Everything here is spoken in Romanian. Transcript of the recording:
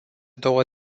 două